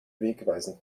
wegweisend